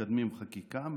מקדמים חקיקה,